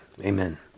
Amen